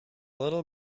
little